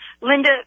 Linda